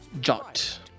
Jot